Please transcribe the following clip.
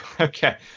okay